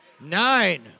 Nine